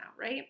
right